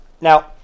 Now